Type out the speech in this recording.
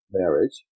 marriage